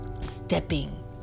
Stepping